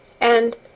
and